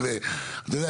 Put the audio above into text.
אתה יודע,